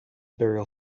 burial